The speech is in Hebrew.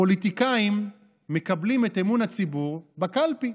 פוליטיקאים מקבלים את אמון הציבור בקלפי.